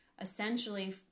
essentially